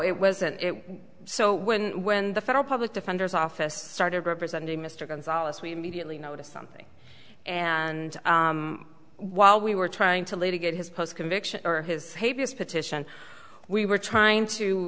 it wasn't it so when when the federal public defender's office started representing mr gonzales we immediately noticed something and while we were trying to litigate his post conviction or his petition we were trying to